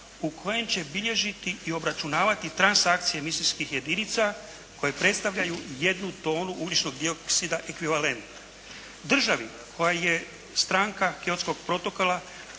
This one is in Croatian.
u kojem će bilježiti i obračunavati transakcije misijskih jedinica koje predstavljaju jednu tonu ugljičnog dioksida ekvivalent. Državi koja je stranka Kyotskog protokola